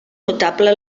notable